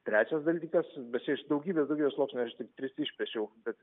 trečias dalykas bet čia iš daugybės daugybės sluoksnių aš tik tris išpešiau bet